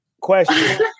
Question